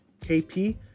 KP